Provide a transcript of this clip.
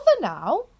now